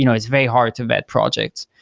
you know it's very hard to vet projects.